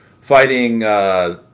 fighting